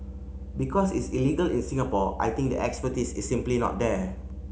because it's illegal in Singapore I think the expertise is simply not there